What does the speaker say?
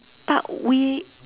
but we